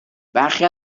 برخی